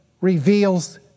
reveals